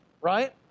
Right